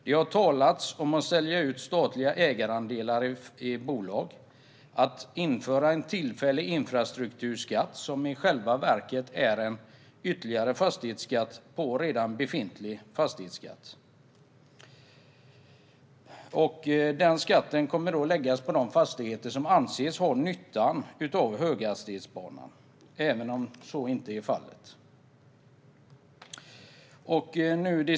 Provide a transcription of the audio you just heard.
Det har talats om att sälja ut statliga ägarandelar i bolag och att införa en tillfällig infrastrukturskatt, som i själva verket är en ytterligare fastighetsskatt på redan befintlig fastighetsskatt. Den kommer då att läggas på de fastigheter som anses ha nyttan av höghastighetsbanan, även om så inte är fallet.